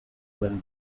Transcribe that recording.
when